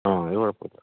ആ അത് കുഴപ്പമില്ല